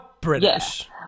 British